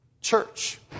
church